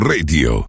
Radio